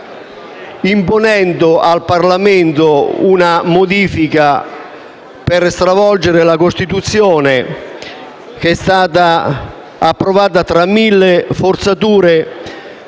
imponendo al Parlamento una modifica per stravolgere la Costituzione che è stata approvata tra mille forzature,